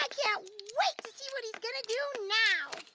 i can't wait to see what he's gonna do now.